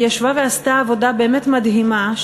והיא ישבה ועשתה עבודה באמת מדהימה,